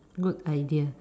good idea